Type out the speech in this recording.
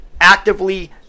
actively